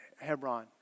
Hebron